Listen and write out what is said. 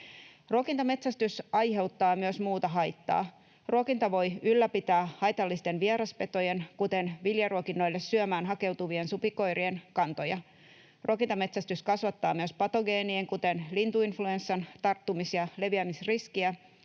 Ruokintametsästys aiheuttaa myös muuta haittaa. Ruokinta voi ylläpitää haitallisten vieraspetojen, kuten viljaruokinnoille syömään hakeutuvien supikoirien, kantoja. Ruokintametsästys kasvattaa myös patogeenien, kuten lintuinfluenssan, tarttumis- ja leviämisriskiä,